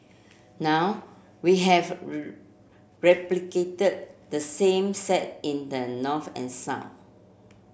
now we have replicated the same set in the north and south